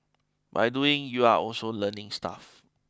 by doing you're also learning stuff